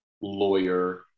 lawyer